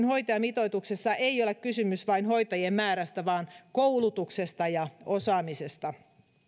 hoitajamitoituksessa ei ole kysymys vain hoitajien määrästä vaan koulutuksesta ja osaamisesta